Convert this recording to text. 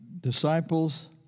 disciples